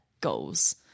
goals